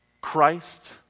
Christ